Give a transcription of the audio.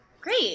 Great